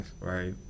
right